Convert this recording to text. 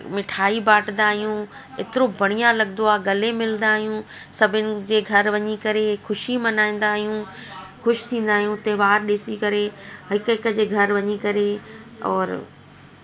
मिठाई बाटंदा आहियूं एतिरो बढ़िया लॻंदो आहे गले मिलंदा आहियूं सभीनि जे घरु वञी करे खुशी मनाईंदा आयूं ख़ुशि थींदा आहियूं त्योहार ॾिसी करे हिक हिक जे घरु वञी करे औरि